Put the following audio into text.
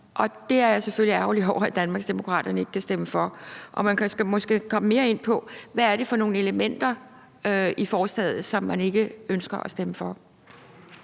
Det er jeg selvfølgelig ærgerlig over Danmarksdemokraterne ikke kan stemme for. Man kan måske også godt komme mere ind på, hvad det er for nogle elementer i forslaget, som man ikke ønsker at stemme for.